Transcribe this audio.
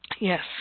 Yes